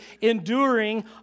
enduring